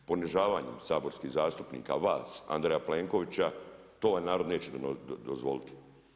Ponižavanjem saborskih zastupnika, vas, Andreja Plenkovića to ovaj narod neće dozvoliti.